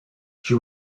she